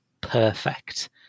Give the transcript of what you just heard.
perfect